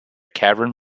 caravan